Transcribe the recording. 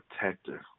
protector